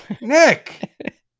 Nick